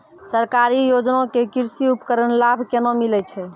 सरकारी योजना के कृषि उपकरण लाभ केना मिलै छै?